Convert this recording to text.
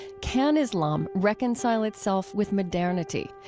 can islam reconcile itself with modernity?